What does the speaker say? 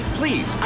please